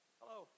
Hello